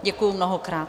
Děkuji mnohokrát.